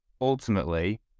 ultimately